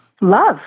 Love